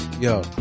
yo